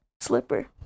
slipper